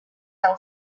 yang